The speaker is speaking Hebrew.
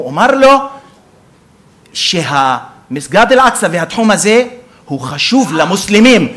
שאמר לו שמסגד אל-אקצא והתחום הזה חשובים למוסלמים,